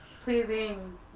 pleasing